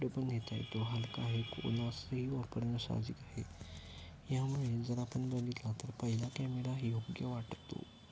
कुठे पण नेता येतो तो हलका आहे कोणासही वापरणं साहजिक आहे यामुळे जर आपण बघितला तर पहिला कॅमेरा योग्य वाटतो